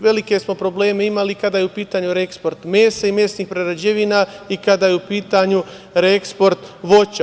Velike smo probleme imali i kada je u pitanju reeksport mesa i mesnih prerađevina i kada je u pitanju reeksport voća.